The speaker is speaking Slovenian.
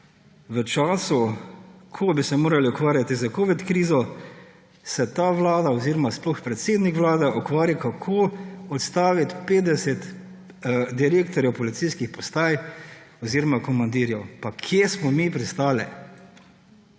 V času, ko bi se morali ukvarjati s covid krizo, se ta vlada oziroma sploh predsednik Vlade ukvarja s tem, kako odstaviti 50 direktorjev policijskih postaj oziroma komandirjev. Pa kje smo mi pristali?